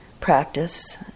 practice